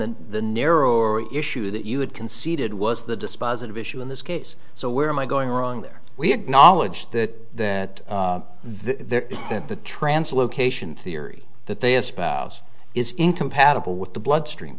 the the narrower issue that you would conceded was the dispositive issue in this case so where am i going wrong there we acknowledge that that there that the translocation theory that they espouse is incompatible with the bloodstream